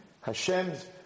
Hashem's